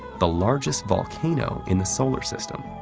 the largest volcano in the solar system.